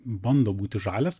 bando būti žalias